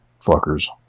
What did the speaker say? fuckers